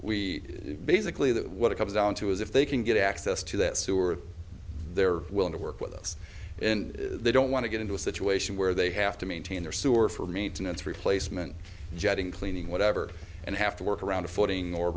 we basically that what it comes down to is if they can get access to that sewer they're willing to work with us and they don't want to get into a situation where they have to maintain their sewer for maintenance replacement jetting cleaning whatever and have to work around a footing or